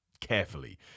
carefully